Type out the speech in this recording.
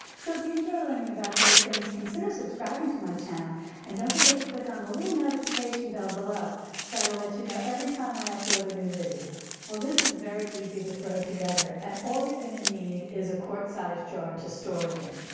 so if you enjoy learning about those things, consider subscribing to my channel and don't forget to click on the little notification bell below that'll let you know every time i upload a new video. well, this is very easy to throw together and all you're going to need is a quart size jar to store it in.